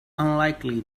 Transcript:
unlikely